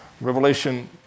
Revelation